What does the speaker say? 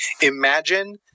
imagine